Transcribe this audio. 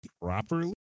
properly